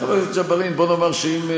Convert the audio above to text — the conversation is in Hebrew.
חבר הכנסת ג'בארין, בוא נאמר שאם